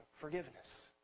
forgiveness